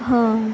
હા